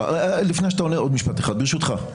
לפני שאתה עונה, עוד משפט אחד, ברשותך.